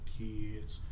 kids